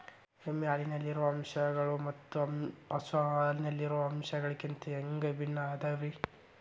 ಎಮ್ಮೆ ಹಾಲಿನಲ್ಲಿರೋ ಅಂಶಗಳು ಮತ್ತ ಹಸು ಹಾಲಿನಲ್ಲಿರೋ ಅಂಶಗಳಿಗಿಂತ ಹ್ಯಾಂಗ ಭಿನ್ನ ಅದಾವ್ರಿ?